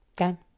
Okay